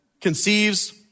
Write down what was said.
conceives